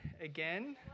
again